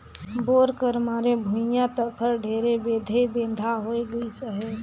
bore कर मारे भुईया तक हर ढेरे बेधे बेंधा होए गइस अहे